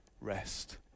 rest